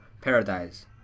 Paradise